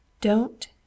Don't